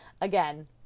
again